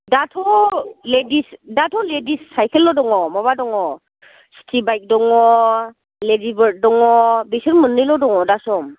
दाथ' लेडिस साइकेलल' दङ माबा दङ सिटि बाइक दङ लेडिबार्द दङ बेसोर मोननैल' दङ दा सम